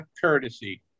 courtesy